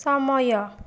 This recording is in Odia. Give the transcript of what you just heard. ସମୟ